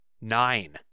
Nine